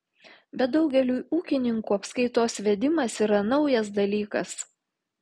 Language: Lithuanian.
bet daugeliui ūkininkų apskaitos vedimas yra naujas dalykas